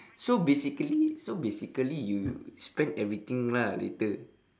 so basically so basically you spend everything lah later